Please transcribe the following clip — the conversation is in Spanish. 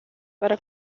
para